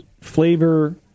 flavor